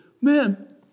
man